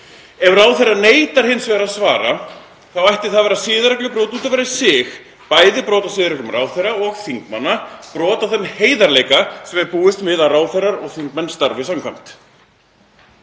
Ef ráðherra neitar hins vegar að svara þá ætti það að vera siðareglubrot út af fyrir sig, bæði brot á siðareglum ráðherra og þingmanna, brot á þeim heiðarleika sem við búumst við að ráðherrar og þingmenn starfi samkvæmt.